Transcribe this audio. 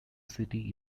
city